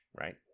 right